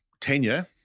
tenure